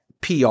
PR